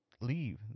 leave